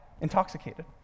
intoxicated